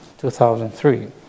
2003